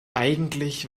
eigentlich